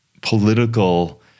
political